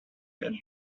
had